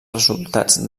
resultats